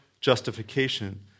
justification